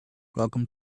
welcome